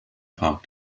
park